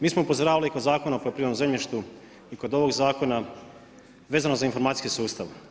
Mi smo upozoravali kroz Zakon o poljoprivrednom zemljištu i kod ovog zakona vezano za informacijski sustav.